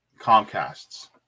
comcasts